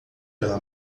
pela